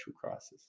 crisis